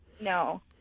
no